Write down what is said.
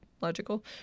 logical